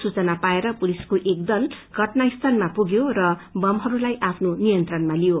सूचना पाएर पुलिसको एक दल घटना स्थलामा पुग्यो र बमहरूलाई आफ्नो नियन्त्रणमा ालिइयो